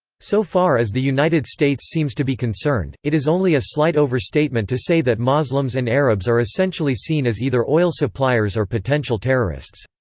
so far as the united states seems to be concerned, it is only a slight overstatement to say that moslems and arabs are essentially seen as either oil suppliers or potential terrorists.